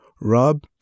Rob